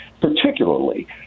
particularly